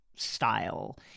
style